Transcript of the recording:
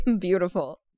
Beautiful